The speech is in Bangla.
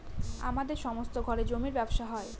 আমাদের সমস্ত ঘরে জমির ব্যবসা হয়